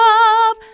up